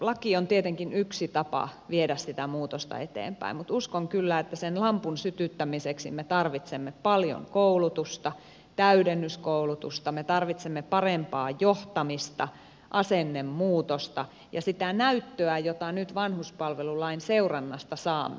laki on tietenkin yksi tapa viedä sitä muutosta eteenpäin mutta uskon kyllä että sen lampun sytyttämiseksi me tarvitsemme paljon koulutusta täydennyskoulutusta me tarvitsemme parempaa johtamista asennemuutosta ja sitä näyttöä jota nyt vanhuspalvelulain seurannasta saamme